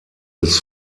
des